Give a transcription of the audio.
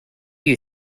you